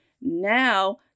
now